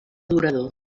durador